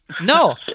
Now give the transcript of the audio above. No